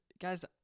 guys